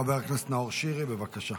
חבר הכנסת נאור שירי, בבקשה.